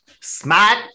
smart